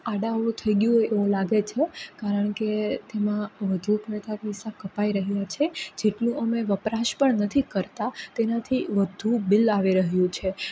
આડા અવળું થઈ ગયું હોય એવું લાગે છે કારણ કે તેમાં વધુ પડતા પૈસા કપાઈ રહ્યા છે જેટલું અમે વપરાશ પણ નથી કરતાં તેનાથી વધુ બિલ આવી રહ્યું છે